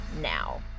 now